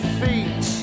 feet